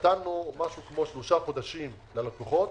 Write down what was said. נתנו כשלושה חודשים ללקוחות